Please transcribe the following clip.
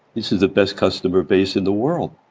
this is the best customer base in the world.